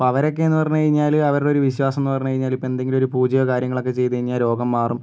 അപ്പം അവരൊക്കെയെന്ന് പറഞ്ഞ് കഴിഞ്ഞാൽ അവരുടെ ഒരു വിശ്വാസം എന്നു പറഞ്ഞു കഴിഞ്ഞാൽ ഇപ്പോൾ എന്തെങ്കിലും ഒരു പൂജ്യ കാര്യങ്ങൾ ഒക്കെ ചെയ്തു കഴിഞ്ഞാൽ രോഗം മാറും